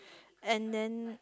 and then